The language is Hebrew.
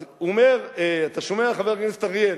אז הוא אומר, אתה שומע, חבר הכנסת אריאל?